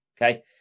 okay